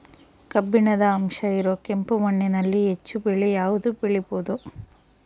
ಕಬ್ಬಿಣದ ಅಂಶ ಇರೋ ಕೆಂಪು ಮಣ್ಣಿನಲ್ಲಿ ಹೆಚ್ಚು ಬೆಳೆ ಯಾವುದು ಬೆಳಿಬೋದು?